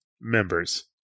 members